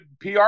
PR